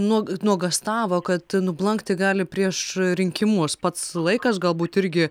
nuo nuogąstavo kad nublankti gali prieš rinkimus pats laikas galbūt irgi